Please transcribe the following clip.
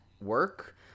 work